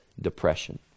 depression